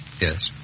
Yes